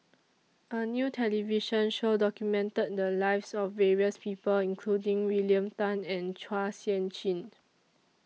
A New television Show documented The Lives of various People including William Tan and Chua Sian Chin